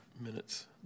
minutes